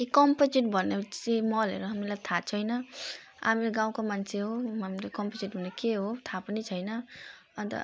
यो कम्पोजिट भन्ने चाहिँ मलहरू हामीलाई थाहा छैन हामी गाउँको मान्छे हो हामीलाई कम्पोजिट भनेको के हो थाहा पनि छैन अन्त